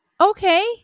Okay